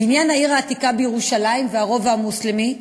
בעניין העיר העתיקה בירושלים והרובע המוסלמי,